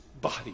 body